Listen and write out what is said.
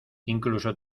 incluso